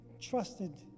trusted